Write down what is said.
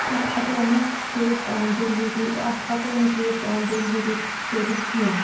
اَتھ ہٮ۪کو نہٕ کیش آن ڈِلؤری اَتھ ہٮ۪کَو نہٕ کیش آن ڈِلؤری کٔرِتھ کیٚنہہ